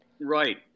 Right